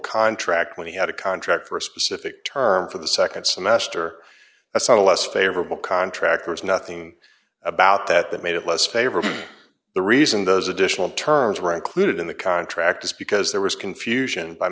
contract when he had a contract for a specific term for the nd semester assata less favorable contractors nothing about that that made it less favorable the reason those additional terms were included in the contract is because there was confusion by